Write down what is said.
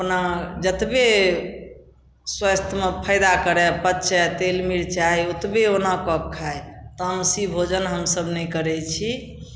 अपना जतबे स्वास्थ्यमे फायदा करय पचय तेल मिरचाइ ओतबे ओना कऽ के खाय तामसी भोजन हमसभ नहि करैत छी